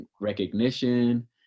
recognition